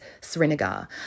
Srinagar